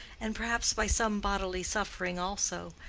and perhaps by some bodily suffering also,